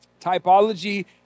typology